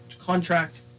contract